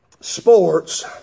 sports